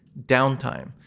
downtime